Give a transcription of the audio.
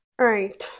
Right